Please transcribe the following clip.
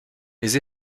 les